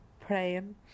praying